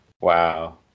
Wow